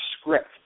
script